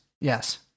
yes